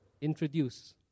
introduce